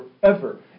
forever